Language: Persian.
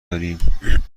داریم